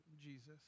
Jesus